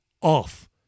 off